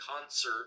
concert